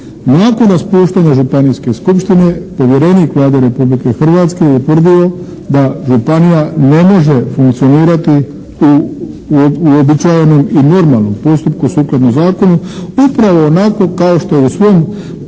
Nakon raspuštanja županijske skupštine, povjerenik Vlade Republike Hrvatske je utvrdio da županija ne može funkcionirati u uobičajenom i normalnom postupku sukladno zakonu upravo onako kao što je u svom revizijskom